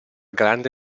grande